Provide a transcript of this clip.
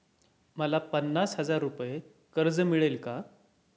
मला पन्नास हजार रुपये कर्ज मिळेल का?